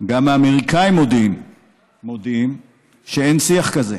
גם האמריקנים מודיעים שאין שיח כזה.